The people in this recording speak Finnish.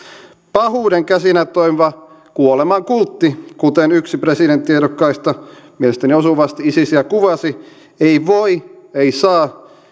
pahuuden käsinä toimiva kuoleman kultti kuten yksi presidenttiehdokkaista mielestäni osuvasti isisiä kuvasi ei voi voittaa ei saa voittaa